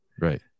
right